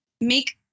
make